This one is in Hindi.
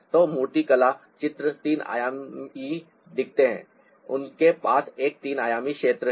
तो मूर्तिकला चित्र तीन आयामी दिखते हैं उनके पास एक तीन आयामी क्षेत्र है